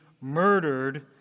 murdered